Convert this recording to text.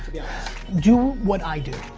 do what i do.